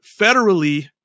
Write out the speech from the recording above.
federally